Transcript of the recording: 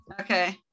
Okay